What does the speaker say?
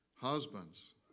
Husbands